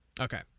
Okay